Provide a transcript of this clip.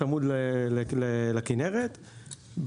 צמוד לכנרת,